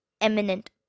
eminent